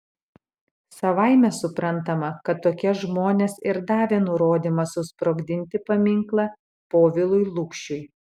savaime suprantama kad tokie žmonės ir davė nurodymą susprogdinti paminklą povilui lukšiui